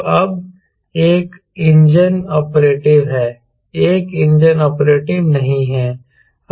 तो अब एक इंजन ऑपरेटिव है एक इंजन ऑपरेटिव नहीं है